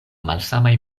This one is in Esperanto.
malsamaj